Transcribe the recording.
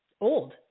old